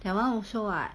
that [one] also [what]